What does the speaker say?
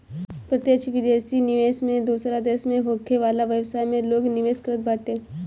प्रत्यक्ष विदेशी निवेश में दूसरा देस में होखे वाला व्यवसाय में लोग निवेश करत बाटे